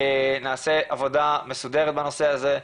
נעשה עבודה מסודרת הנושא הזה.